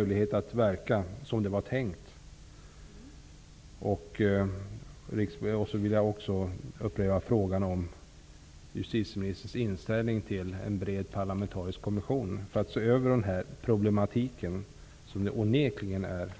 Jag vill också upprepa frågan om justitieministerns inställning till en bred parlamentarisk kommission för att se över problematiken, som onekligen finns